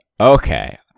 Okay